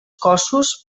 cossos